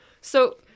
So-